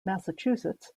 massachusetts